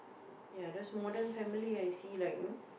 ya those modern family ah you see like mm